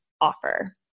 offer